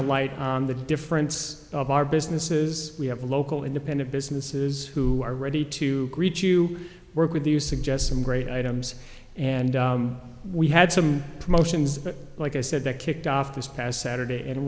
a light on the difference of our businesses we have a local independent businesses who are ready to greet you work with you suggest some great items and we had some promotions like i said that kicked off this past saturday and